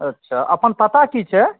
अच्छा अपन पता की छै